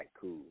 cool